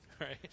right